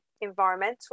environmental